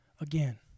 again